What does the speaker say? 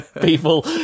people